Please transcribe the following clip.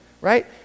right